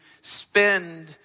spend